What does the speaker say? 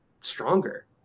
stronger